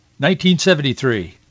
1973